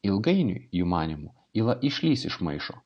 ilgainiui jų manymu yla išlįs iš maišo